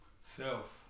self